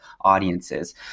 audiences